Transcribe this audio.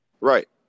Right